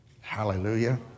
Hallelujah